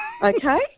Okay